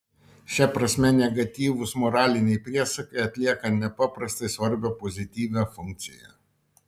šia prasme negatyvūs moraliniai priesakai atlieka nepaprastai svarbią pozityvią funkciją